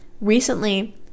recently